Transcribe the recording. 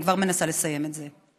אני כבר מנסה לסיים את זה.